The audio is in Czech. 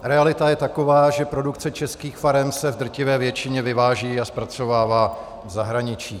Realita je taková, že produkce českých farem se v drtivé většině vyváží a zpracovává v zahraničí.